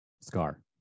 Scar